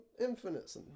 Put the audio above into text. infinite